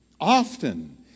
often